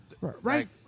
Right